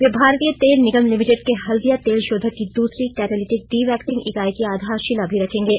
वे भारतीय तेल निगम लिमिटेड के हल्दिया तेल शोधक की दूसरी कैटालिटिक डीवैक्सिंग इकाई की आधारशिला भी रखेंगे